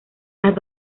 las